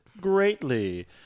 greatly